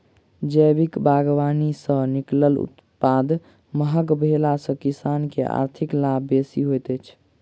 जैविक बागवानी सॅ निकलल उत्पाद महग भेला सॅ किसान के आर्थिक लाभ बेसी होइत छै